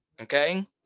Okay